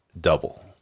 double